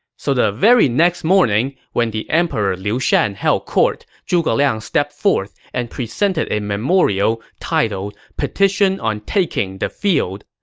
so the very next morning, when the emperor liu shan held court, zhuge liang stepped forth and presented a memorial titled petition on taking the field.